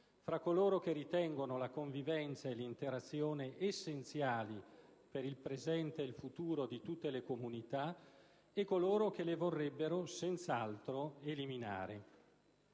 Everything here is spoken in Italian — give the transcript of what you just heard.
fra coloro che ritengono la convivenza e l'interazione essenziali per il presente e il futuro di tutte le comunità e coloro che le vorrebbero senz'altro eliminare.